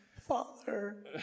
Father